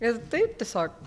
ir taip tiesiog